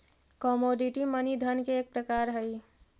commodity money धन के एक प्रकार हई